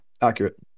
Accurate